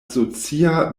socia